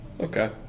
Okay